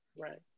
Right